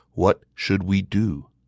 what should we do?